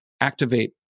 activate